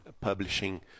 publishing